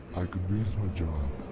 i could lose my job.